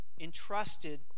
entrusted